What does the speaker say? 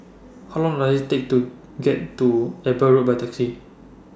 How Long Does IT Take to get to Eber Road By Taxi